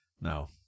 no